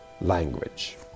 language